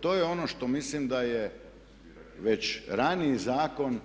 To je ono što mislim da je već raniji zakon